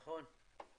נכון.